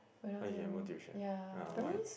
oh you have no tuition ah why